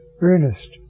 earnest